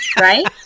Right